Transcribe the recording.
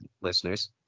listeners